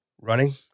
running